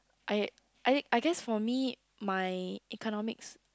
I I I guess for me my economics